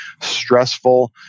stressful